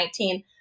2019